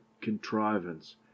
contrivance